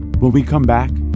but we come back,